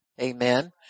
Amen